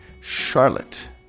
Charlotte